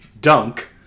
dunk